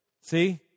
See